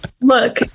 Look